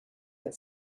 that